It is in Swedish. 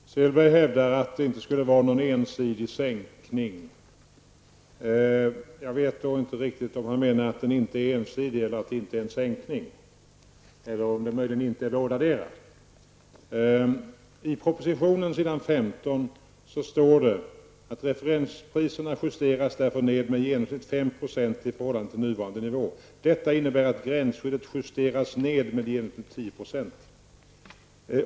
Herr talman! Åke Selberg hävdade i sitt anförande att det inte skulle vara fråga om någon ensidig prissänkning. Jag förstår då inte riktigt om han menar att den prissänkningen inte är ensidig eller att det inte är fråga om en sänkning, eller om man menar bådadera. I propositionen, s. 15, står att ''referenspriserna -- justeras därför ned med i genomsnitt med 5 % i förhållande till nuvarande nivå. Detta innebär att gränsskyddet justeras ned med i genomsnitt ca 10 %.''